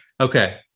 Okay